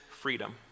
Freedom